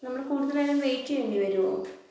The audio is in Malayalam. നമ്മള് കുടുതൽ നേരം വെയിറ്റ് ചെയ്യേണ്ടി വരുവൊ